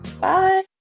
Bye